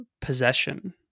possession